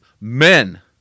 men